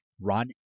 run